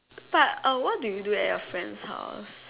but uh what do you do at your friend's house